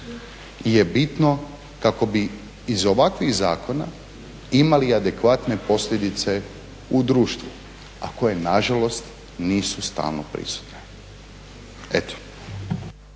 je bitno kako bi iz ovakvih zakona imali adekvatne posljedice u društvu a koje nažalost nisu stalno prisutne. Eto.